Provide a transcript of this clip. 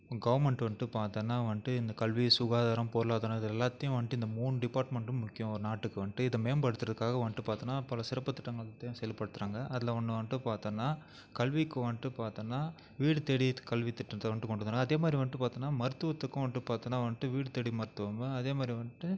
government வந்துட்டு பார்த்தோம்னா வந்துட்டு இந்த கல்வி சுகாதாரம் பொருளாதாரம் இது எல்லாத்தையும் வந்துட்டு இந்த மூணு டிப்பார்ட்மெண்ட்டும் முக்கியம் ஒரு நாட்டுக்கு வந்துட்டு இதை மேம்படுத்துகிறதுக்காக வந்துட்டு பார்த்தோம்னா பல சிறப்பு திட்டங்கள் செயல்படுத்துகிறாங்க அதில் ஒன்று வந்துட்டு பார்த்தோம்னா கல்விக்கு வந்துட்டு பார்த்தோம்னா வீடு தேடி கல்வித்திட்டத்தை வந்துட்டு கொண்டு வந்தாங்க அதேமாதிரி வந்துட்டு பார்த்தோம்னா மருத்துவத்துக்கும் வந்துட்டு பார்த்தோம்னா வந்துட்டு வீடு தேடி மருத்துவம் அதேமாதிரி வந்துட்டு